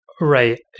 Right